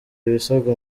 ibisabwa